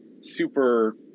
super